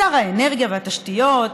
שר האנרגיה והתשתיות,